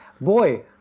boy